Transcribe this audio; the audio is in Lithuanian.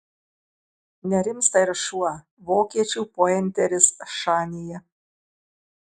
nerimsta ir šuo vokiečių pointeris šanyje